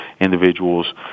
individuals